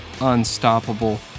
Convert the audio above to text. unstoppable